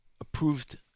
approved